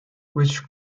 which